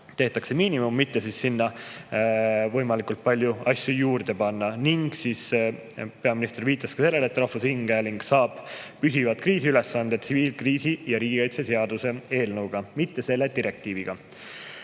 tehakse miinimum, et mitte sinna võimalikult palju asju juurde panna. Peaminister viitas ka sellele, et rahvusringhääling saab püsivad kriisiülesanded tsiviilkriisi ja riigikaitse seaduse eelnõuga, mitte selle direktiiviga.